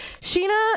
Sheena